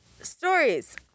stories